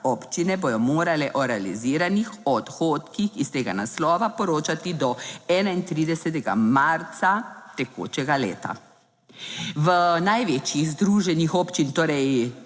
Občine bodo morale o realiziranih odhodkih iz tega naslova poročati do 31. marca tekočega leta. V največjih združenjih občin, torej